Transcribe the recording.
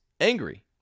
angry